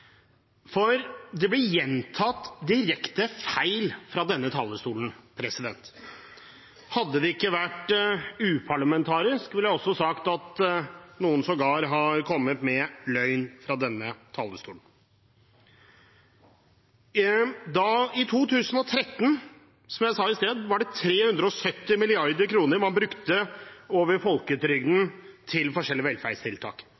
for det blir gjentatt direkte feil fra denne talerstolen. Hadde det ikke vært uparlamentarisk, ville jeg også sagt at noen sågar har kommet med løgn fra denne talerstolen. I 2013 var det, som jeg sa i sted, 370 mrd. kr man brukte over folketrygden til forskjellige velferdstiltak.